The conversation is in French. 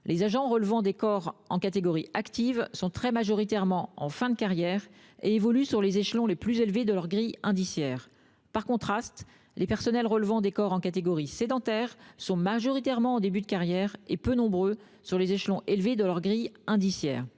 Les agents relevant des corps de la catégorie active sont très majoritairement en fin de carrière et se trouvent sur les échelons les plus élevés de leur grille indiciaire. Par contraste, les personnels relevant des corps de la catégorie sédentaire sont majoritairement en début de carrière : ils sont donc peu nombreux à bénéficier des échelons élevés de leur grille indiciaire.